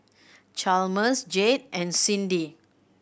Chalmers Jayde and Cindy